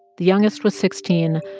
the youngest was sixteen.